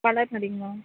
வளர்மதிங்க ma'am